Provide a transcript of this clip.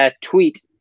tweet